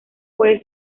puede